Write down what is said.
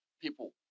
people